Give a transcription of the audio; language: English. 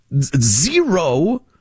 zero